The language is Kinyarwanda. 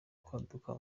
kwaduka